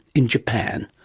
in japan?